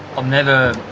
i've never